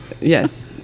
Yes